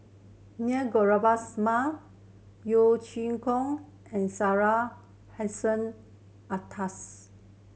Near Govindasamy Yeo Chee Kiong and Syed Hussein Alatas